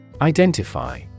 Identify